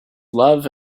love